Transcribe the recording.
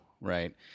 right